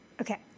okay